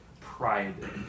pride